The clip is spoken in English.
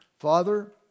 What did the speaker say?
Father